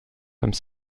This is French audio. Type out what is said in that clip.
comme